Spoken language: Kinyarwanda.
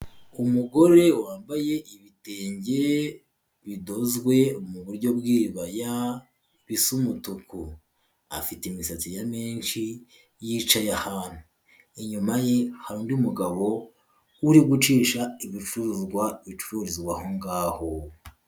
Umugore wambaye ibitenge bidozwe mu buryo bw'iribaya bisa umutuku. Afite imisatsi ya menshi yicaye ahantu. Inyuma ye hari undi mugabo uri gucisha ibicuruzwa bicururizwa aho ngaho.